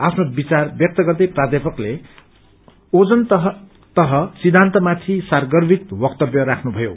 आफ्नो विचार व्यक्त गर्दै प्रध्यापक ओजान तह सिछान्तमाथि सारगर्भित वक्तव्य राख्नुभयो